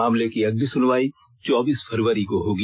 मामले की अगली सुनवाई चौबीस फरवरी को होगी